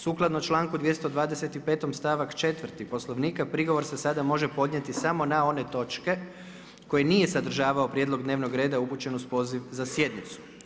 Sukladno čl.225. stavak 4. poslovnika, prigovor se sada može podnijeti samo na one točke koji nije sadržavao prijedlog dnevnog reda ušućen uz poziv za sjednicu.